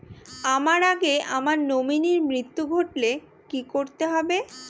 আমার আগে আমার নমিনীর মৃত্যু ঘটলে কি করতে হবে?